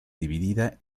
dividida